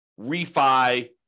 refi